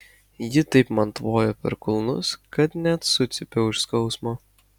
ji taip man tvojo per kulnus kad net sucypiau iš skausmo